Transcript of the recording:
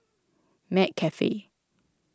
McCafe